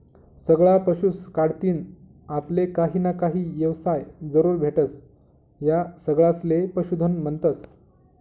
सगळा पशुस कढतीन आपले काहीना काही येवसाय जरूर भेटस, या सगळासले पशुधन म्हन्तस